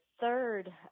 third